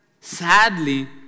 sadly